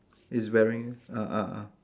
is wearing ah ah ah